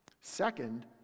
Second